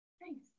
Thanks